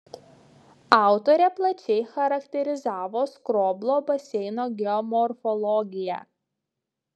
autorė plačiai charakterizavo skroblo baseino geomorfologiją